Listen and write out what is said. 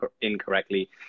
incorrectly